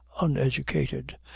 uneducated